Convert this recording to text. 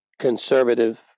conservative